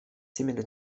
similar